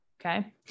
okay